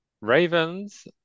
Ravens